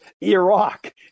Iraq